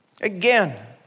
Again